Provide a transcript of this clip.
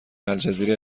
الجزیره